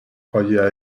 croyait